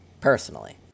personally